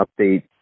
update